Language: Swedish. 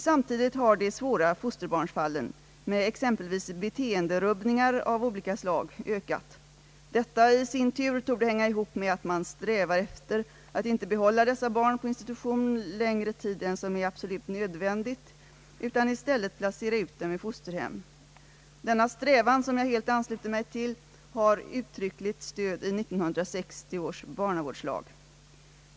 Samtidigt har de svåra fosterbarnsfallen, med exempelvis beteenderubbningar av olika slag, ökat. Detta i sin tur torde hänga ihop med att man strävar efter att inte behålla dessa barn på institution längre tid än som är absolut nödvändigt utan i stället placera ut dem i fosterhem. Denna strävan som jag helt ansluter mig till, har uttryckligt stöd i 1960 års barnavårdslag.